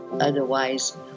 Otherwise